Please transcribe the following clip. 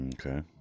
Okay